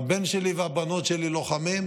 הבן שלי והבנות שלי לוחמים,